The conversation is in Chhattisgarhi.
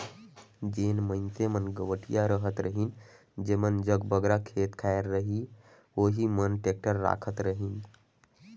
जेन मइनसे मन गवटिया रहत रहिन जेमन जग बगरा खेत खाएर रहें ओही मन टेक्टर राखत रहिन